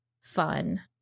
fun